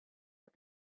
but